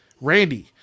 Randy